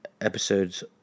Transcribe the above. Episodes